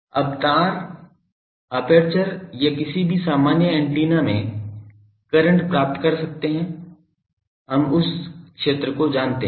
अब तार एपर्चर या किसी भी सामान्य एंटीना में करंट प्राप्त कर सकते हैं हम उस क्षेत्र को जानते हैं